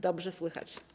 Dobrze słychać.